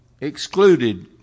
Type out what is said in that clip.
excluded